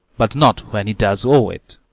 but not when he does owe it.